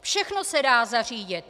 Všechno se dá zařídit.